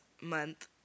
month